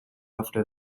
after